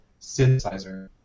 synthesizer